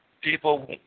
people